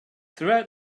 throughout